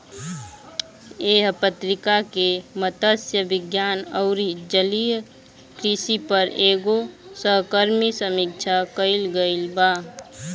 एह पत्रिका में मतस्य विज्ञान अउरी जलीय कृषि पर एगो सहकर्मी समीक्षा कईल गईल बा